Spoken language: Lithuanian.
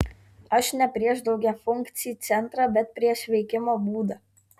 aš ne prieš daugiafunkcį centrą bet prieš veikimo būdą